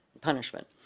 punishment